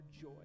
joy